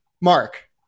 Mark